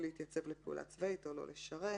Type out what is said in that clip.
להתייצב לפעולה צבאית או לא לשרת